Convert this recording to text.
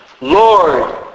Lord